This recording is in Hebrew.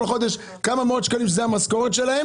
חודש מקבלים כמה מאות שקלים וזאת המשכורת שלהם